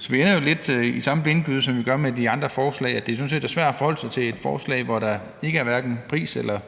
Så vi ender lidt i samme blindgyde, som vi gør med de andre forslag, nemlig at det er svært at forholde sig til et forslag, hvor der hverken er pris eller